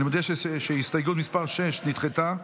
אני מודיע שהסתייגות מס' 6 נדחתה.